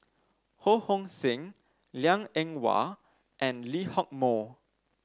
Ho Hong Sing Liang Eng Hwa and Lee Hock Moh